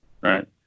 Right